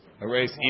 Erase